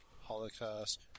Holocaust